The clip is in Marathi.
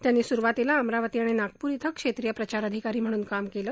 त्यांनी सुरुवातीला अमरावती आणि नागपूर इथं क्षेत्रीय प्रचार अधिकारी म्हणून काम केलं